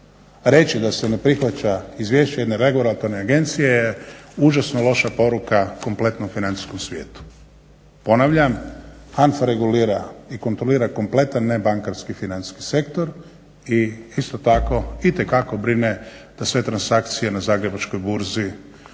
reći da se ne prihvaća Izvješće jedne regulatorne agencije je užasno loša poruka kompletnom financijskom svijetu. Ponavljam, HANFA regulira i kontrolira kompletan nebankarski financijski sektor i isto tako itekako brine da sve transakcije na Zagrebačkoj burzi budu